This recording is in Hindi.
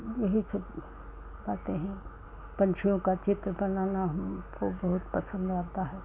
यही सब करते हैं पंछियों का चित्र बनाना हमको बहुत पसंद आता है